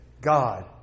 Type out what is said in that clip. God